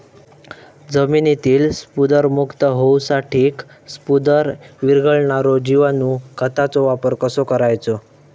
जमिनीतील स्फुदरमुक्त होऊसाठीक स्फुदर वीरघळनारो जिवाणू खताचो वापर कसो करायचो?